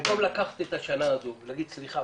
במקום לקחת את השנה הזו ולהגיד סליחה,